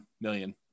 million